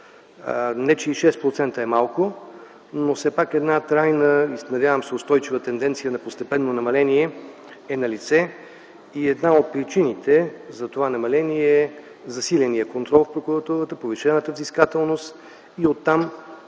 Не че и 6% са малко, но все пак една трайна, надявам се, устойчива тенденция на постепенно намаление е налице. Една от причините за това намаление е засиленият контрол в Прокуратурата, повишената взискателност и оттам